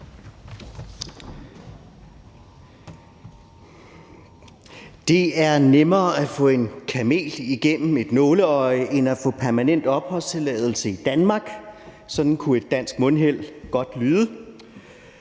Det er nemmere at få en kamel igennem et nåleøje end at få permanent opholdstilladelse i Danmark. Sådan kunne et dansk mundheld godt lyde.